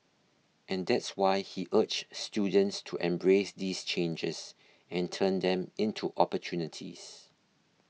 and that's why he urged students to embrace these changes and turn them into opportunities